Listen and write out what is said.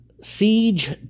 siege